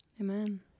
amen